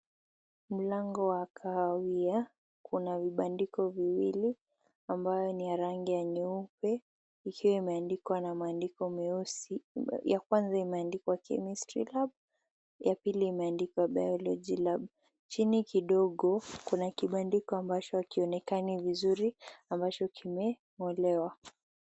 Mlango wa kahawia kuna vibandiko viwili ambayo ni ya rangi ya nyeupe ikiwa imeandikwa na maandiko meusi. Ya kwanza imeandikwa chemistry lab ya pili imeandikwa biology lab .Chini kidogo kuna kibando hakionekani vizuri ambacho kimeng'olewa.